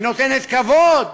היא נותנת כבוד.